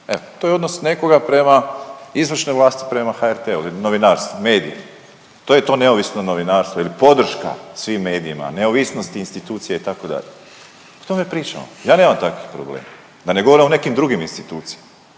Evo to je odnos nekoga prema izvršnoj vlasti prema HRT, novinarstvu, medijima, to je to neovisno novinarstvo ili podrška svim medijima, neovisnosti institucija itd. O tome pričamo, ja nemam takvih problema, da ne govorim o nekim drugim institucijama.